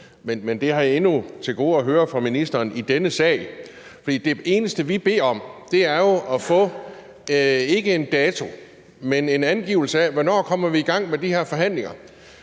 men det har jeg endnu til gode at høre fra ministeren i denne sag. Det eneste, vi beder om, er jo at få ikke en dato, men en angivelse af, hvornår vi kommer i gang med de her forhandlinger,